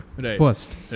first